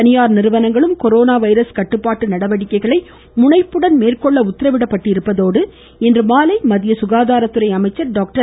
தனியார் நிறுவனங்களும் corona virus கட்டுப்பாட்டு நடவடிக்கைகளை முனைப்புடன் மேற்கொள்ள உத்தரவிடப்பட்டுள்ளதோடு இன்று மாலை சுகாதாரத்துறை அமைச்சர் டாக்டர்